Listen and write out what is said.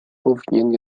powinien